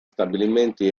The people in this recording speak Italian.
stabilimenti